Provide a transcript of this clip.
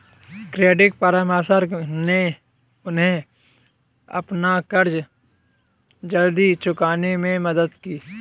credit परामर्श ने उन्हें अपना कर्ज जल्दी चुकाने में मदद की